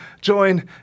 join